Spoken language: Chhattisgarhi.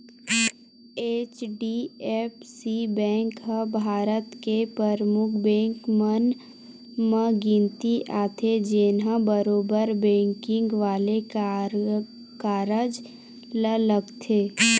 एच.डी.एफ.सी बेंक ह भारत के परमुख बेंक मन म गिनती आथे, जेनहा बरोबर बेंकिग वाले कारज ल करथे